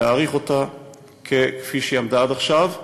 להאריך אותה כפי שהיא עמדה עד עכשיו,